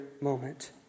moment